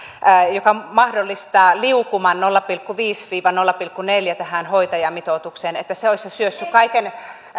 joka mahdollistaa liukuman nolla pilkku viisi viiva nolla pilkku neljän tähän hoitajamitoitukseen olisi jo syössyt